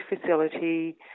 facility